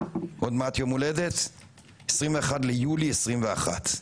21 ליולי 2021,